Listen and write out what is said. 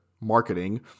marketing